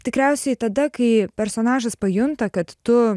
tikriausiai tada kai personažas pajunta kad tu